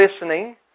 listening